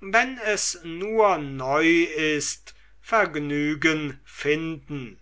wenn es nur neu ist vergnügen finden